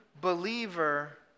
believer